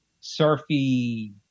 surfy